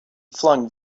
flung